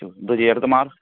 ശോ എന്തോ ചെയ്യും അടുത്ത മാർ